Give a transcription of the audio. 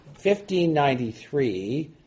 1593